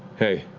hey.